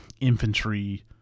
infantry